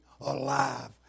alive